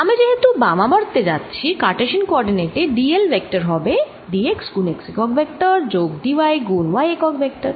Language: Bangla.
আমি যেহেতু বামাবর্তে যাচ্ছি কারটেসিয়ান কোঅরডিনেট এ d l ভেক্টর হবে d x গুণ x একক ভেক্টর যোগ d y গুণ y একক ভেক্টর